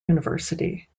university